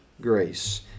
grace